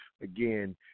again